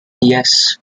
yes